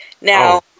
Now